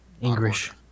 English